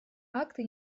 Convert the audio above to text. акты